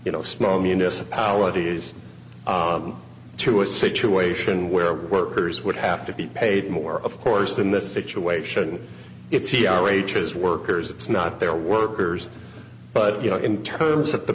you know small municipalities to a situation where workers would have to be paid more of course in this situation it's the r h is workers it's not their workers but you know in terms of the